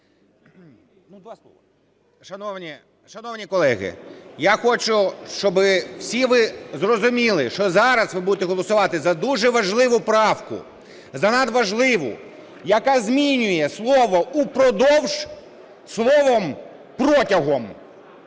Шановні колеги, я хочу, щоби всі ви зрозуміли, що зараз ви будете голосувати за дуже важливу правку, за надважливу, яка змінює слово "упродовж" словом "протягом".